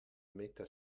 meta